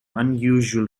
unusual